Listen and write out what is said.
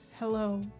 Hello